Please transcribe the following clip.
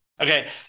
Okay